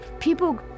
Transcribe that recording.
People